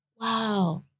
Wow